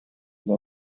для